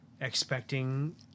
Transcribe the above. expecting